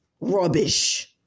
rubbish